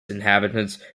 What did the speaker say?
inhabitants